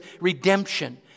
redemption